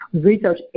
Research